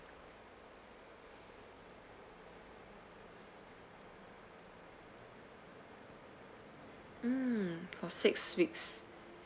mm for six weeks